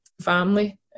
family